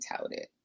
touted